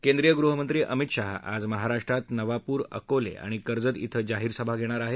केंद्रीय गृहमंत्री अमित शहा आज महाराष्ट्रात नवापूर अकोले आणि कर्जत कें जाहीर सभा घेणार आहेत